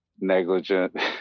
negligent